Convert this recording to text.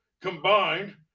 combined